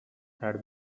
had